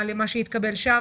למה שיתקבל שם,